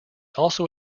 also